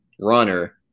runner